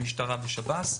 משטרה ושב"ס.